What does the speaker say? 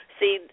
see